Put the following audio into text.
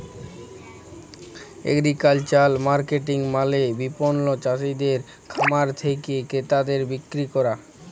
agricultural marketing মালে বিপণল চাসিদের খামার থেক্যে ক্রেতাদের বিক্রি ক্যরা